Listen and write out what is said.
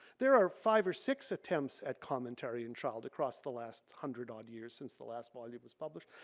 there are five or six attempts at commentary in child across the last hundred odd years since the last volume was published.